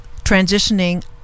transitioning